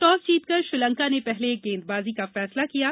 toss जीतकर श्रीलंका ने पहले गेंदबाजी का फैसला किया है